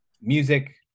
music